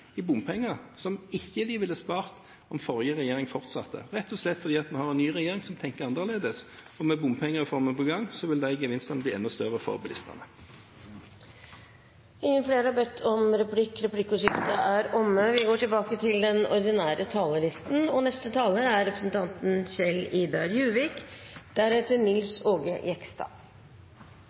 i bompenger, som de ikke ville spart om forrige regjering fortsatte, rett og slett fordi vi har en ny regjering som tenker annerledes. Med bompengereformen på gang vil de gevinstene bli enda større for bilistene. Replikkordskiftet er omme. Fremskrittspartiet gikk til valg på et krystallklart nei til bruk av bompenger for å finansiere vegutbygging – ikke til lavere satser, som ministeren nettopp sa. Etter valget kan man konstatere at tonen er